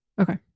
Okay